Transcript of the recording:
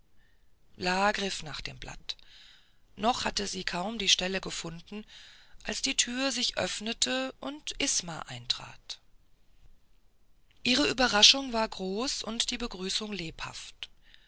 griff nach dem blatt noch hatte sie kaum die stelle gefunden als die tür sich öffnete und isma eintrat ihre überraschung war groß und die begrüßung lebhaft